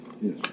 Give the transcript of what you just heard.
Yes